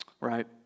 right